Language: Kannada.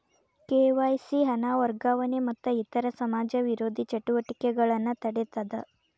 ಕೆ.ವಾಯ್.ಸಿ ಹಣ ವರ್ಗಾವಣೆ ಮತ್ತ ಇತರ ಸಮಾಜ ವಿರೋಧಿ ಚಟುವಟಿಕೆಗಳನ್ನ ತಡೇತದ